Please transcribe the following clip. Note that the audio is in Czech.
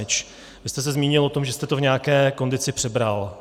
Vy jste se zmínil o tom, že jste to v nějaké kondici přebral.